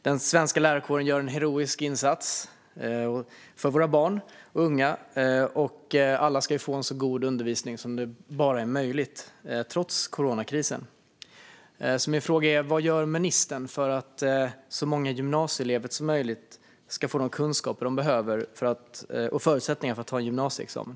Den svenska lärarkåren gör en heroisk insats för våra barn och unga, och alla ska få en så god undervisning som det bara är möjligt, trots coronakrisen. Min fråga är: Vad gör ministern för att så många gymnasieelever som möjligt ska få de kunskaper de behöver och förutsättningar för att ta en gymnasieexamen?